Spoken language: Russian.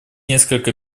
несколько